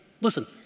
Listen